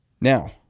Now